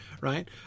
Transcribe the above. right